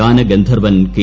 Gaana Gandharvan K